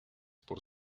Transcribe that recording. por